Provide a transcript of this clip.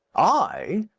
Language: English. i?